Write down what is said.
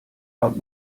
out